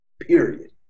period